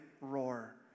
roar